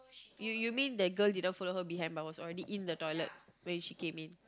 you you mean the girl didn't follow her behind but was already in the toilet when she came in